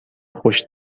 خوش